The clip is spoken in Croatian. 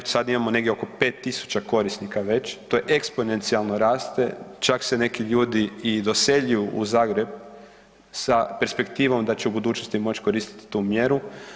Sada imamo negdje oko 5000 korisnika već, to je eksponencijalno raste, čak se i neki ljudi i doseljuju u Zagreb sa perspektivom da će u budućnosti moći koristiti tu mjeru.